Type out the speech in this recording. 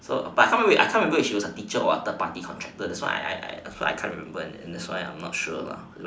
so but I can't really can't remember if she is teacher or third party contractor that's why I I can't remember so I am not sure ah